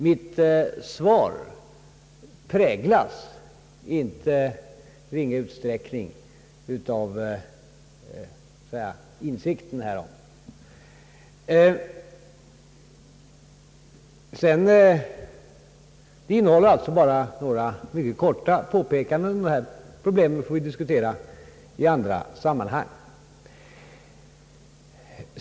Mitt svar präglas i icke ringa utsträckning av insikten härom. Det innehåller alltså bara några mycket korta påpekanden. Dessa problem får vi diskutera i andra sammanhang.